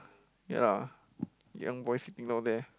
ya young boy sitting down there